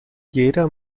jeder